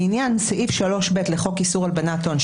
לעניין סעיף 3ב לחוק איסור הלבנת הון,